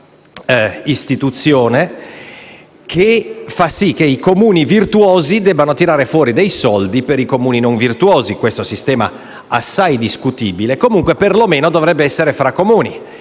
istituzione, fa sì che i Comuni virtuosi debbano tirare fuori dei soldi per i Comuni non virtuosi. È un sistema assai discutibile, ma per lo meno dovrebbe essere tra Comuni: